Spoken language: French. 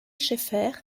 scheffer